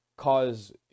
Cause